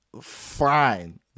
Fine